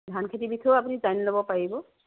ধান খেতিৰ বিষয়েও আপুনি জানি ল'ব পাৰিব